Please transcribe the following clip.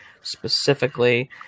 specifically